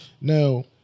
now